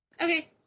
Okay